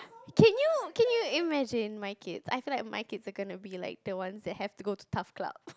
can you can you imagine my kids I feel like my kids are going to be like the ones that have to go to Taf Club